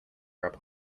grab